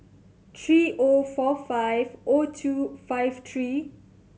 three O four five O two five three